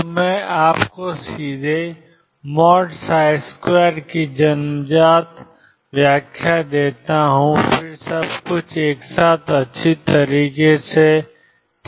तो मैं आपको सीधे 2 की जन्मजात व्याख्या देता हूं और फिर सब कुछ एक साथ अच्छी तरह से बैठता है